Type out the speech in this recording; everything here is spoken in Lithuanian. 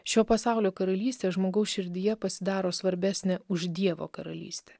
šio pasaulio karalystė žmogaus širdyje pasidaro svarbesnė už dievo karalystę